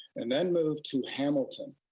and then move to hamilton.